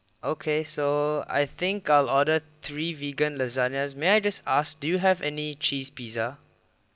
okay so I think I'll order three vegan lasagne may I just ask do you have any cheese pizza